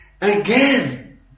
again